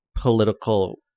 political